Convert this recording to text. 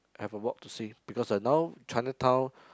have a walk to see because like now Chinatown